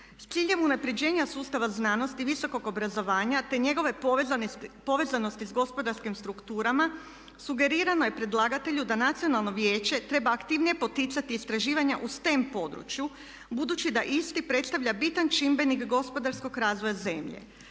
S ciljem unapređenja sustava znanosti i visokog obrazovanja, te njegove povezanosti sa gospodarskim strukturama sugerirano je predlagatelju da Nacionalno vijeće treba aktivnije poticati istraživanja u STEM području budući da isti predstavlja bitan čimbenik gospodarskog razvoja zemlje.